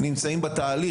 נמצאים בתהליך?